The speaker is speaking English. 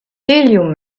helium